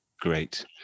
Great